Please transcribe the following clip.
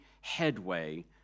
headway